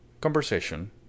conversation